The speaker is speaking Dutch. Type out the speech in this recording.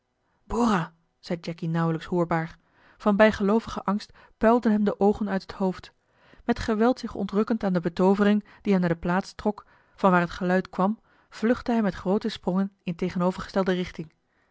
bora zei jacky nauwelijks hoorbaar van bijgeloovigen angst puilden hem de oogen uit het hoofd met geweld zich ontrukkend aan de betoovering die hem naar de plaats trok vanwaar het geluid kwam vluchtte hij met groote sprongen in tegenovergestelde richting